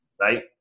Right